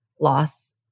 loss